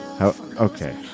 Okay